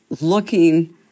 looking